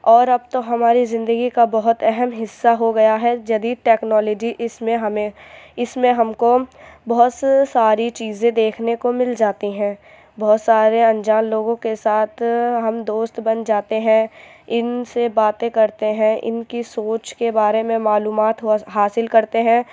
اور اب تو ہماری زندگی کا بہت اہم حصہ ہو گیا ہے جدید ٹیکنالوجی اس میں ہمیں اس میں ہم کو بہت ساری چیزیں دیکھنے کو مل جاتی ہیں بہت سارے انجان لوگوں کے ساتھ ہم دوست بن جاتے ہیں ان سے باتیں کرتے ہیں ان کی سوچ کے بارے معلومات حاصل کرتے ہیں